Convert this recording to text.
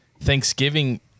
Thanksgiving